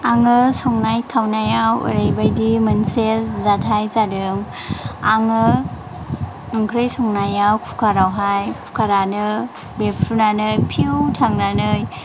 आङो संनाय खावनायाव ओरैबायदि मोनसे जाथाय जादों आङो ओंख्रि संनायावहाय कुकारावहाय कुकारानो बेफ्रुनानै फिउ थांनानै